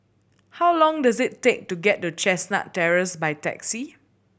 how long does it take to get to Chestnut Terrace by taxi